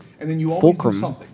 fulcrum